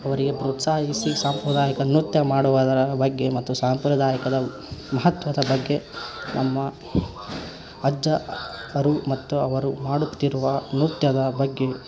ಅವರಿಗೆ ಪ್ರೋತ್ಸಾಹಿಸಿ ಸಾಂಪ್ರದಾಯಿಕ ನೃತ್ಯ ಮಾಡುವುದರ ಬಗ್ಗೆ ಮತ್ತು ಸಂಪ್ರದಾಯದ ಮಹತ್ವದ ಬಗ್ಗೆ ನಮ್ಮ ಅಜ್ಜ ಅವರು ಮತ್ತು ಅವರು ಮಾಡುತ್ತಿರುವ ನೃತ್ಯದ ಬಗ್ಗೆ